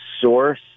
source